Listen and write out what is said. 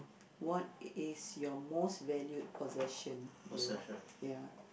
what is your most valued possession you ya